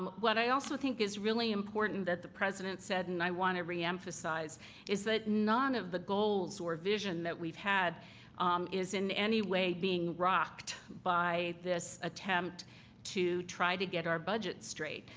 what i also think is really important that the president said and i want to reemphasize is that none of the goals or vision that we've had is in any way being rocked by this attempt to try to get our budget straight.